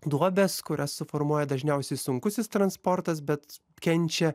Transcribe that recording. duobes kurias suformuoja dažniausiai sunkusis transportas bet kenčia